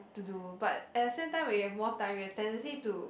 to do but at the same time we have more target tendency to